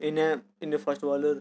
इ'न्नै इ'न्ने fast bowler